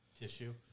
tissue